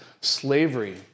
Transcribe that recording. slavery